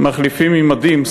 מחליפים מדים,